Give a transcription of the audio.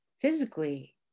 physically